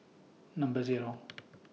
Number Zero